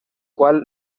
qual